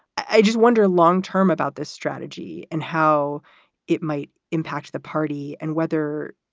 i just wonder long term about this strategy and how it might impact the party and whether